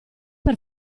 per